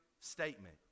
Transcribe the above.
statement